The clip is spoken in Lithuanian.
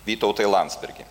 vytautai landsbergi